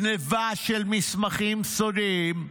גנבה של מסמכים סודיים,